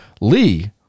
Lee